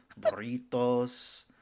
burritos